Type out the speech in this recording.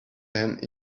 hand